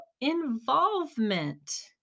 involvement